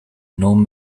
norm